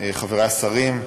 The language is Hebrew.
חברי השרים,